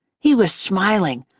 he was smiling,